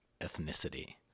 ethnicity